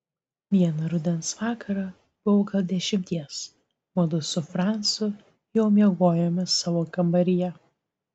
vieną rudens vakarą buvau gal dešimties mudu su francu jau miegojome savo kambaryje